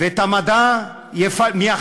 את המדע מהחלל,